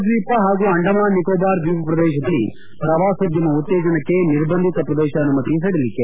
ಲಕ್ಷದ್ವೀಪ ಹಾಗೂ ಅಂಡಮಾನ್ ನಿಕೋಬಾರ್ ದ್ವೀಪ ಪ್ರದೇಶದಲ್ಲಿ ಪ್ರವಾಸೋದ್ದಮ ಉತ್ತೇಜನಕ್ಕೆ ನಿರ್ಬಂಧಿತ ಪ್ರದೇಶ ಅನುಮತಿ ಸಡಿಲಿಕೆ